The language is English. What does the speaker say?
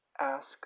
ask